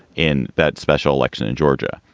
in that special election in georgia.